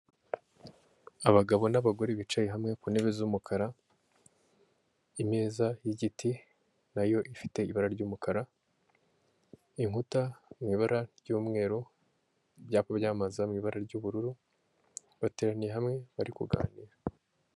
Abagabo n'abagore bicaye hamwe ku ntebe z'umukara, imeza y'igiti nayo ifite ibara ry'umukara, inkuta mu ibara ry'umweru, ibyapa byamaza mu ibara ry'ubururu, bateraniye hamwe bari kuganira.